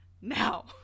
now